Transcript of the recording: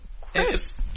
Chris